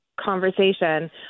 conversation